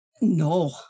No